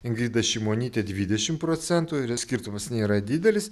ingrida šimonytė dvidešim procentų yra skirtumas nėra didelis